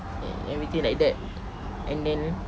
and everything like that and then